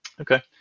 Okay